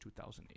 2008